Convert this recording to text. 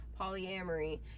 polyamory